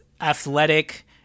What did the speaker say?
athletic